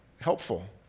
Helpful